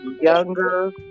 younger